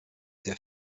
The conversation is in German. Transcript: sehr